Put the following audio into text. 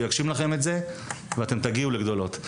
הוא יגשים לכן את זה ואתן תגיעו לגדולות.